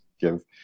give